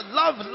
love